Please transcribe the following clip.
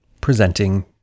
presenting